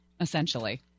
essentially